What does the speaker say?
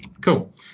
Cool